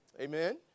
Amen